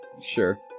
Sure